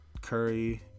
Curry